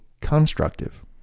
constructive